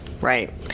right